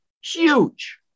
huge